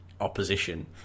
opposition